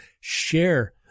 share